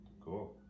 Cool